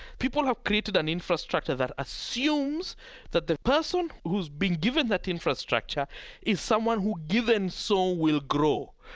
people have created an infrastructure that assumes that the person whose been given that infrastructure is someone who given so will grow,